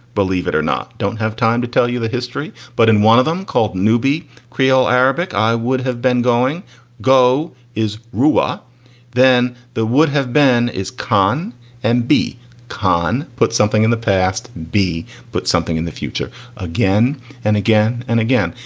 believe it or not, don't have time to tell you the history. but in one of them called newbie creole arabic i would have been going go is ruah then that would have been is khan and b khan put something in the past. b put something in the future again and again and again.